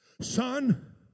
son